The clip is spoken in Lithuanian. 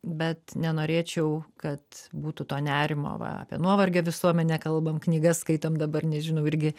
bet nenorėčiau kad būtų to nerimo va apie nuovargio visuomenę kalbam knygas skaitom dabar nežinau irgi